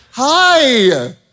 Hi